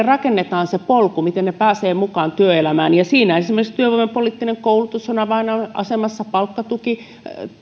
rakennetaan se polku miten he pääsevät mukaan työelämään siinä esimerkiksi työvoimapoliittinen koulutus on avainasemassa palkkatuki